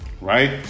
Right